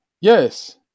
Yes